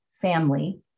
Family